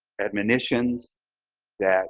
admonitions that